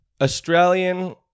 Australian